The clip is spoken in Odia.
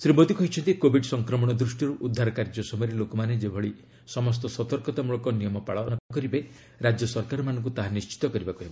ଶ୍ରୀ ମୋଦି କହିଛନ୍ତି କୋବିଡ୍ ସଂକ୍ରମଣ ଦୃଷ୍ଟିରୁ ଉଦ୍ଧାର କାର୍ଯ୍ୟ ସମୟରେ ଲୋକମାନେ ଯେପରି ସମସ୍ତ ସତର୍କତାମୃଳକ ନିୟମ ପାଳନ କରିବେ ରାଜ୍ୟ ସରକାରମାନଙ୍କୁ ତାହା ନିଶ୍ଚିତ କରିବାକୁ ହେବ